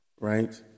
right